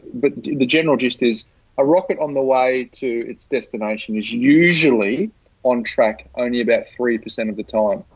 but the general gist is a rocket on the way to its destination is usually on track only about three percent of the time.